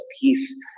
peace